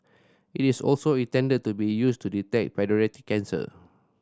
it is also intended to be used to detect paediatric cancer